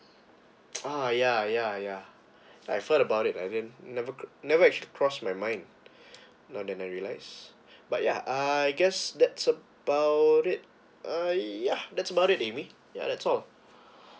oh yeah yeah yeah I've heard about it I never never actually cross my mind now then I realise but ya I guess that's about it uh yeah that's about it amy ya that's all